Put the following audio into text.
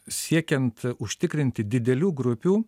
siekiant užtikrinti didelių grupių